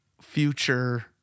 future